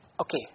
Okay